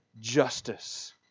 justice